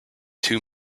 two